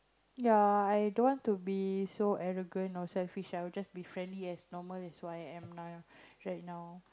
ya i don't want to be so arrogant or selfish I will just be friendly and normal as who I am now right now